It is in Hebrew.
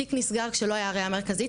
התיק נסגר כשלא היה ראיה מרכזית.